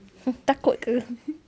takut ke